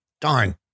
Darn